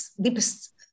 deepest